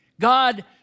God